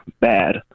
bad